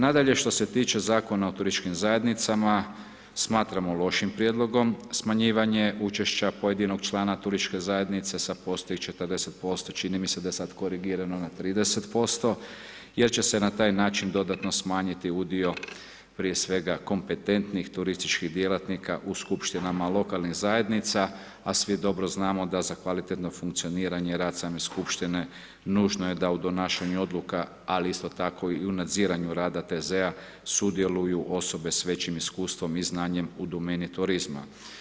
Nadalje, što se tiče Zakona o turističkim zajednicama, smatramo lošim prijedlogom smanjivanje učešća pojedinog člana turističke zajednice sa postojećih 40%, čini mi se da je sad korigirano na 30% jer će se na taj način dodatno smanjiti udio prije svega kompetentnih turističkih djelatnika u skupštinama lokalnih zajednica, a svi dobro znamo da za kvalitetno funkcioniranje same skupštine, nužno je da u donašanju odluka, ali isto tako u nadziranju rada TZ-a sudjeluju osobe s većim iskustvom i znanjem u domeni turizma.